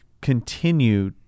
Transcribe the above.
continue